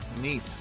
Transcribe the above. neat